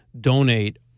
donate